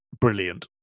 brilliant